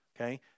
okay